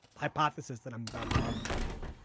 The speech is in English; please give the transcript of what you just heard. hypothesis that i'm about to offer you two,